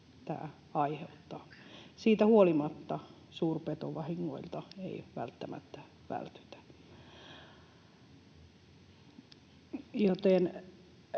aiheuttaa. Siitä huolimatta suurpetovahingoilta ei välttämättä vältytä.